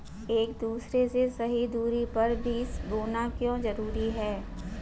एक दूसरे से सही दूरी पर बीज बोना क्यों जरूरी है?